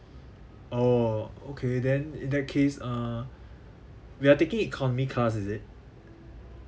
oh okay then in that case uh we're taking economy class is it